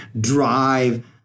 drive